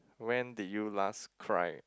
when did you last cry